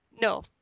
No